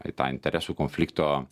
į tą interesų konflikto